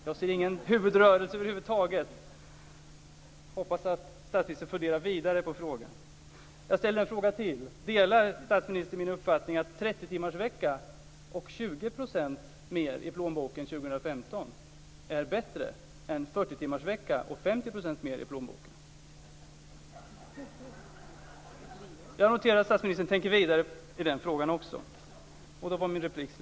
Jag ser ingen huvudrörelse över huvud taget, men jag hoppas att statsministern funderar vidare på frågan. Jag ställer en fråga till: Delar statsministern min uppfattning att en 30-timmarsvecka och 20 % mer i plånboken 2015 är bättre än en 40-timmarsvecka och 50 % mer i plånboken? Jag noterar att statsministern tänker vidare också i den frågan.